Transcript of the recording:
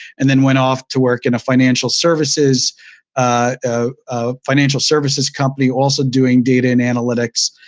and then went off to work in a financial services ah ah financial services company also doing data and analytics.